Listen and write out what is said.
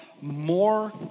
more